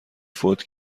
فوت